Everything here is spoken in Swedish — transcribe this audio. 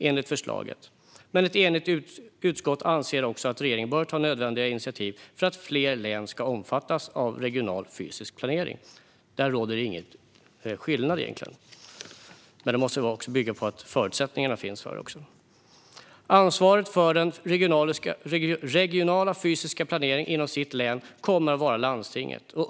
Ett enigt utskott anser dock också att regeringen bör ta nödvändiga initiativ för att fler län ska omfattas av regional fysisk planering. Där råder det egentligen ingen skillnad, men det måste bygga på att det också finns förutsättningar för det. Landstinget kommer att ansvara för den regionala fysiska planeringen inom sitt län.